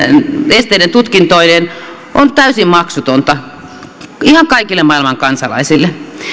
esteiden tutkintoineen on täysin maksutonta ihan kaikille maailman kansalaisille